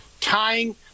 tying